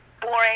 boring